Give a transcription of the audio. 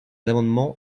amendements